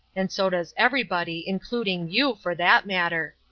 and so does everybody including you for that matter.